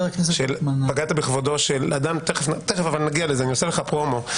נגיע לזה, אני עושה לך פרומו.